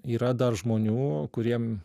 yra dar žmonių kuriem